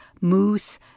moose